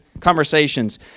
Conversations